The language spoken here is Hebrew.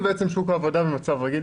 רגיל.